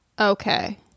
Okay